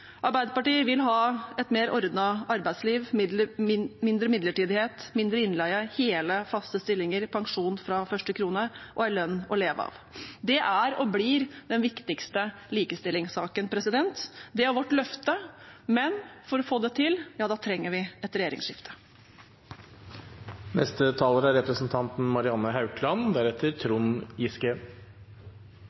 Arbeiderpartiet vil ha et mer ordnet arbeidsliv, mindre midlertidighet, mindre innleie, hele, faste stillinger, pensjon fra første krone og en lønn å leve av. Det er og blir den viktigste likestillingssaken. Det er vårt løfte, men for å få det til trenger vi et regjeringsskifte. Alle skal ha like muligheter og rettigheter uansett hvem de er,